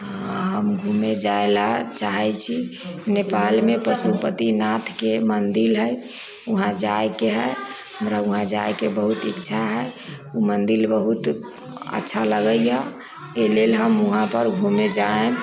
हम घूमे जाय लए चाहैत छी नेपालमे पशुपति नाथके मन्दिर हई वहाँ जाइके हइ हमरा वहाँ जाइके बहुत इच्छा हइ ओ मन्दिर बहुत अच्छा लगैया एहि लेल हम वहाँ पर घूमे जायब